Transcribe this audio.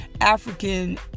African